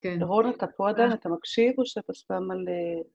כן, הולכת פה עדיין, אתה מקשיב או שאתה שם על...